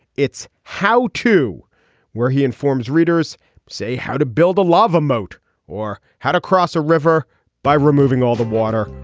it's how to where he informs readers say how to build a love emote or how to cross a river by removing all the water.